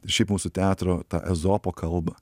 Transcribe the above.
šiaip mūsų teatro tą ezopo kalbą